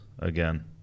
Again